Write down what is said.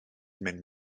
mewn